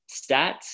stats